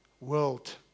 world